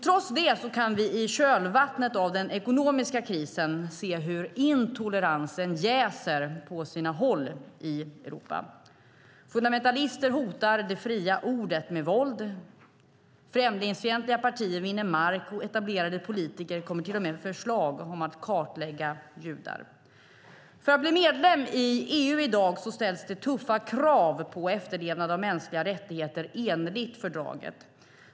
Trots det kan vi i kölvattnet av den ekonomiska krisen se hur intoleransen jäser på sina håll i Europa. Fundamentalister hotar det fria ordet med våld. Främlingsfientliga partier vinner mark, och etablerade politiker kommer med förslag om att kartlägga judar. För att bli medlem i EU i dag ställs det tuffa krav på efterlevnad av mänskliga rättigheter enligt fördraget.